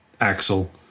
Axel